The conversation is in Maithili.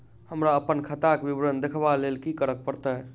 हमरा अप्पन खाताक विवरण देखबा लेल की करऽ पड़त?